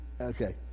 Okay